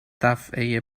دفعه